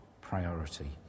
priority